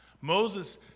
Moses